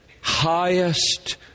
highest